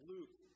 Luke